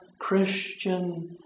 Christian